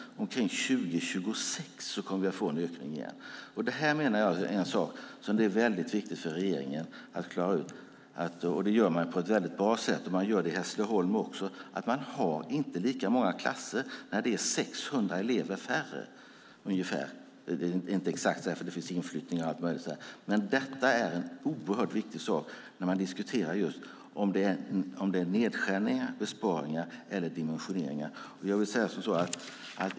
Omkring år 2026 kommer vi att få en ökning igen. Jag menar att detta är viktigt för regeringen att klara ut, och det gör man på ett bra sätt. Det gör man i Hässleholm också. Man har inte lika många klasser när det är ungefär 600 elever färre - antalet beror på inflyttning och annat. Men detta är oerhört viktigt när man diskuterar om det är nedskärningar, besparingar eller dimensioneringar.